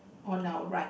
on our right